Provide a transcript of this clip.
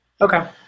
Okay